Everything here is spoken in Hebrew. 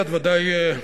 גברתי, את ודאי,